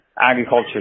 agriculture